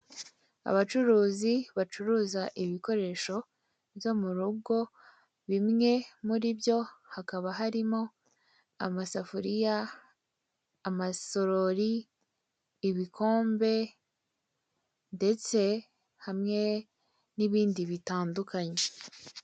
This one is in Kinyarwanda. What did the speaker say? Abacuruzi bacuruza ibikoresho byo mu rugo, bimwe muri byo hakaba harimo : amasafuriya, amasorori, ibikombe ndetse hamwe n'ibindi bitandukanye.